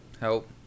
help